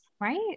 Right